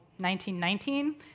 1919